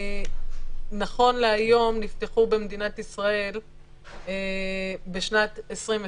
נכון להיום נפתחו במדינת ישראל בשנת 2020